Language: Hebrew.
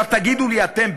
עכשיו תגידו לי אתם,